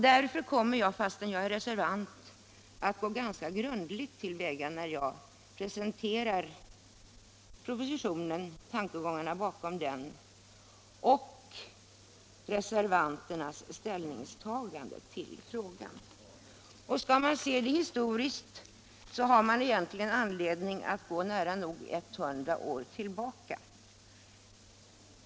Därför kommer jag, fastän jag är reservant, att gå ganska grundligt till väga när jag presenterar tankegångarna bakom propositionen och reservanternas ställningstagande till frågan. Skall man se det historiskt har man egentligen anledning att gå nära nog hundra år tillbaka.